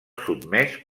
sotmès